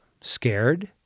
scared